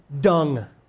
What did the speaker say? dung